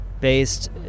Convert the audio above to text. based